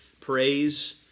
praise